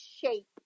shape